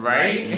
Right